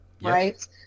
right